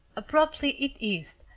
abruptly, it eased,